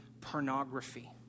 pornography